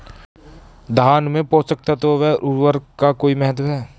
धान में पोषक तत्वों व उर्वरक का कोई महत्व है?